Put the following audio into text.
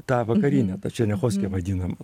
tą vakarinę tą černiachovskio vadinamą